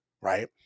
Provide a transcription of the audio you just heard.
right